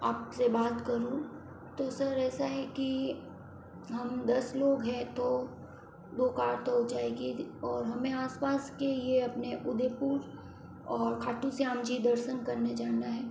आपसे बात करूँ तो सर ऐसा है की हम दस लोग हैं तो दो कार तो हो जाएँगीऔर हमें आस पास के यह अपने उदयपुर और खाटू श्याम जी दर्शन करने जाना है